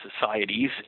societies